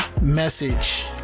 message